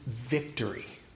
victory